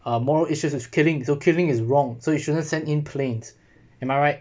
uh moral issues is killing so killing is wrong so you shouldn't send in planes am I right